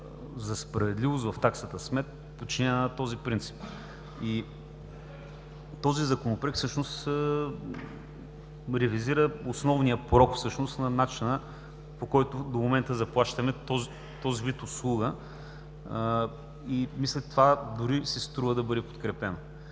за справедливост в таксата смет, подчинена на този принцип. Този Законопроект всъщност ревизира основния порок на начина, по който до момента заплащаме този вид услуга. Мисля, че си струва това да бъде подкрепено.